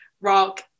rock